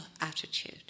attitude